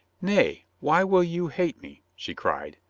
nay, why will you hate me? she cried.